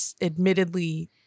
admittedly